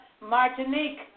Martinique